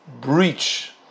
breach